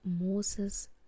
Moses